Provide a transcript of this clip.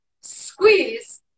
squeeze